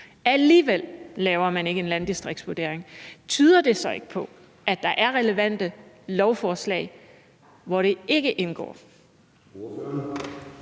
Alligevel laver man ikke en landdistriktsvurdering. Tyder det så ikke på, at der er relevante lovforslag, hvor det ikke indgår?